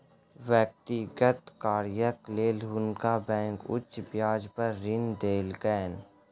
व्यक्तिगत कार्यक लेल हुनका बैंक उच्च ब्याज पर ऋण देलकैन